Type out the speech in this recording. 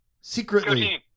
Secretly